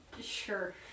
Sure